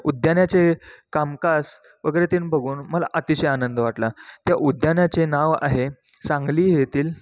उद्यानाचे कामकाज वगैरे तिन बघून मला अतिशय आनंद वाटला त्या उद्यानाचे नाव आहे सांगली येथील